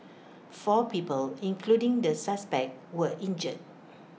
four people including the suspect were injured